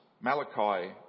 Malachi